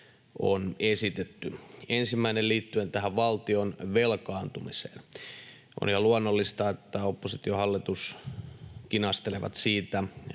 on esitetty. Ensimmäinen liittyy tähän valtion velkaantumiseen. On ihan luonnollista, että oppositio ja hallitus kinastelevat siitä,